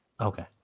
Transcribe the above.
Okay